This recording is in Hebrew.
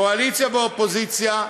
קואליציה ואופוזיציה,